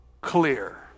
clear